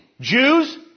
Jews